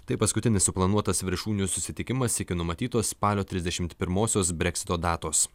tai paskutinis suplanuotas viršūnių susitikimas iki numatytos spalio trisdešimt pirmosios breksito datos